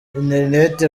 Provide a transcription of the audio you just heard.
interineti